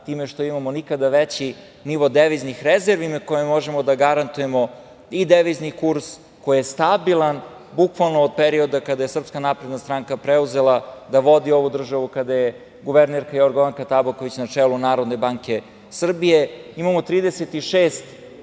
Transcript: time što imamo nikada veći nivo deviznih rezervi na koje možemo da garantujemo i devizni kurs koji je stabilan, bukvalno, od perioda kada je SNS preuzela da vodi ovu državu, od kada je guvernerka Jorgovanka Tabaković na čelu Narodne banke Srbije. Imamo